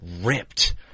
ripped